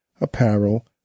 apparel